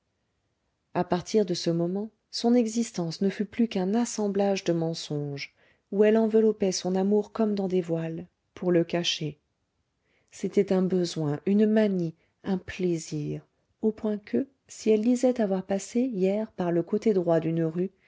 à partir de ce moment son existence ne fut plus qu'un assemblage de mensonges où elle enveloppait son amour comme dans des voiles pour le cacher c'était un besoin une manie un plaisir au point que si elle disait avoir passé hier par le côté droit d'une rue